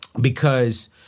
because-